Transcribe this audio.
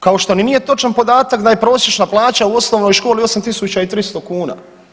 Kao što ni nije točan podatak da je prosječna plaća u osnovnoj školi 8.300 kuna.